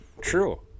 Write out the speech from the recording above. True